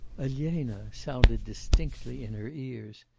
elena! sounded distinctly in her ears.